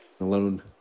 alone